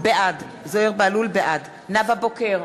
בעד נאוה בוקר,